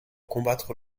combattre